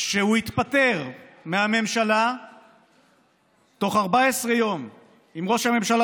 שהוא יתפטר מהממשלה בתוך 14 יום אם ראש הממשלה